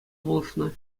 пулӑшнӑ